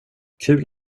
kul